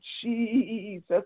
Jesus